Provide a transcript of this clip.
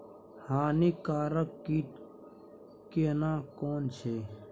हानिकारक कीट केना कोन छै?